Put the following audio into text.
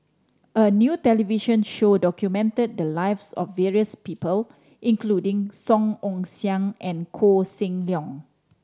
a new television show documented the lives of various people including Song Ong Siang and Koh Seng Leong